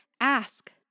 ask